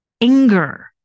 anger